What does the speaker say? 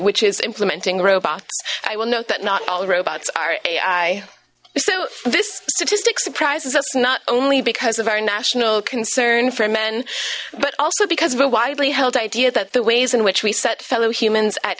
which is implementing robots i will note that not all robots are ai so this statistic surprises us not only because of our national concern for men but also because of a widely held idea that the ways in which we set fellow humans at